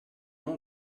nom